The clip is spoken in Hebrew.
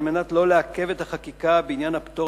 על מנת לא לעכב את החקיקה בעניין הפטור